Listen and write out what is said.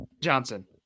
johnson